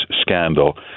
scandal